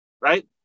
right